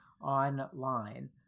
online